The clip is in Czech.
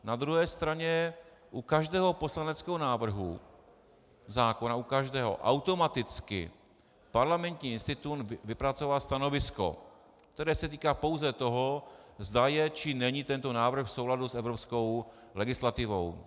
Na druhé straně u každého poslaneckého návrhu zákona automaticky Parlamentní institut vypracoval stanovisko, které se týká pouze toho, zda je, či není tento návrh v souladu s evropskou legislativou.